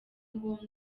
ngombwa